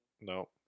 No